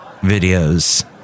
Videos